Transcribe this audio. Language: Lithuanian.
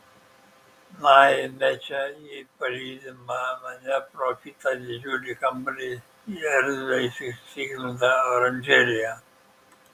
na eime čia ji palydi mane pro kitą didžiulį kambarį į erdvią įstiklintą oranžeriją